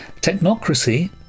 Technocracy